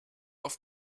oft